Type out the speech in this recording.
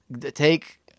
Take